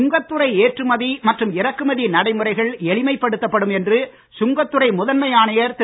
சுங்கத்துறை ஏற்றுமதி மற்றும் இறக்குமதி நடைமுறைகள் எளிமைப்படுத்தப் படும் என்று சுங்கத் துறை முதன்மை ஆணையர் திரு